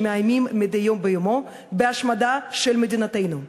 שמאיימים מדי יום ביומו בהשמדה של מדינתנו.